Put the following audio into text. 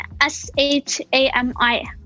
s-h-a-m-i